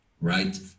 right